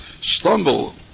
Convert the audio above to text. stumble